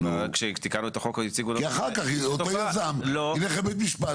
כי כשתיקנו את החוק הציגו לנו --- כי אחר כך היזם ילך לבית משפט.